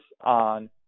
on